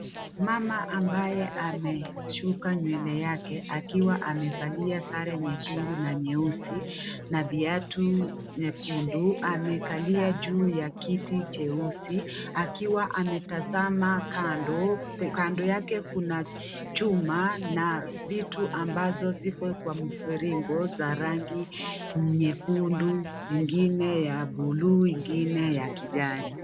Mama ambaye ameshuka nywele yake akiwa amevalia sare nyekundu na nyeusi na viatu nyekundu amekalia juu ya kiti cheusi akiwa ametazama kando. Kando yake kuna chuma na vitu ambazo ziko kwa mfirigo za rangi nyekundu, ingine ya buluu, ingine ya kijani.